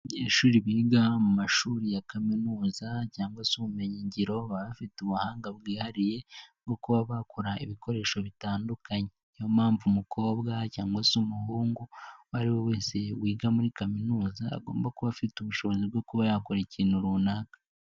Abanyeshuri biga mu mashuri ya kaminuza cyangwa se ubumenyi ngiro ,baba bafite ubuhanga bwihariye bwo kuba bakora ibikoresho bitandukanye, niyo mpamvu umukobwa cyangwa se umuhungu uwo ari we wese wiga muri kaminuza agomba kuba afite ubushobozi bwo kuba yakora ikintu runaka.